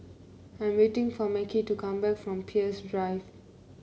I'm waiting for Mekhi to come back from Peirce Drive